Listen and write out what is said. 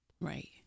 right